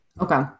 Okay